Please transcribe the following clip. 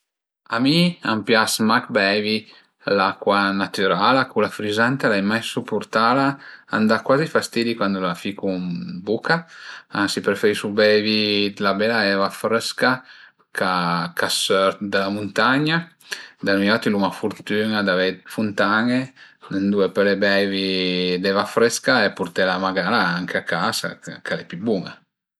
A mi a m'pias mach beivi l'acua natürala, cula frizante l'ai mai supurtala, a m'da cuazi fastidi cuandi la ficu ën buca, ansi preferisu beivi d'la bela eva frësca ch'a ch'a sört da la muntagna, da nui auti l'uma la furtün-a d'avei d'funtan-e ëndua pöle beivi d'eva frësca e purtela magara anche a ca se ch'al e pi bun-a